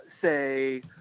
say